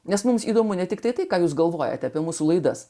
nes mums įdomu ne tik tai ką jūs galvojate apie mūsų laidas